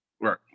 Right